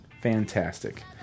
fantastic